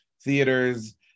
theaters